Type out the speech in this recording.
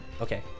Okay